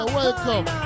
welcome